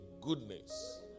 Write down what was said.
goodness